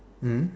mm